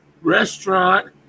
restaurant